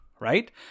right